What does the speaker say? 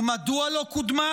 ומדוע לא קודמה?